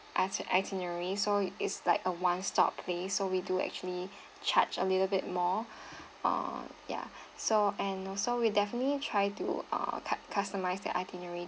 as itinerary so it's like a one stop play so we do actually charge a little bit more uh ya so and also will definitely try to ah cu~ customized the itinerary